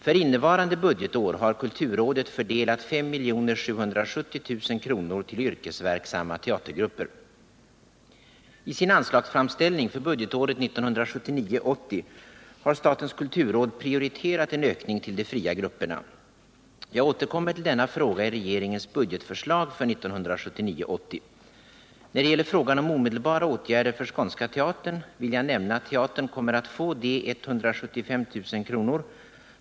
För innevarande budgetår har kulturrådet fördelat 5 770 000 kr. till yrkesverksamma teatergrupper. I sin anslagsframställning för budgetåret 1979 80. När det gäller frågan om omedelbara åtgärder för Skånska teatern vill jag nämna att teatern kommer att få de 175 000 kr.